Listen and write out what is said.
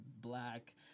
black